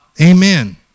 Amen